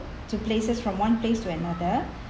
to places from one place to another